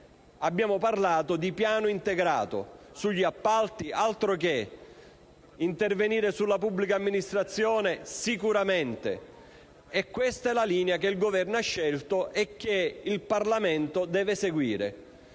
Abbiamo parlato di piano integrato sugli appalti - altroché - e di interventi sulla pubblica amministrazione, e questa è la linea che il Governo ha scelto e che il Parlamento deve seguire.